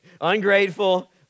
ungrateful